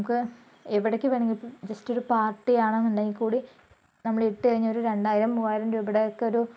നമുക്ക് എവിടേക്ക് വേണേൽ ഇപ്പോൾ ജസ്റ്റ് ഒരു പാർട്ടി ആണെങ്കിൽ കൂടി നമ്മൾ ഇട്ട് കഴിഞ്ഞ രണ്ടായിരം മൂവായിരം രൂപയുടെ ഒക്കെ ഒരു